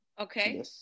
Okay